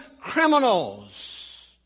criminals